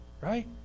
right